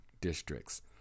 districts